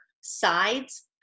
sides